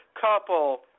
couple